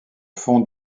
fond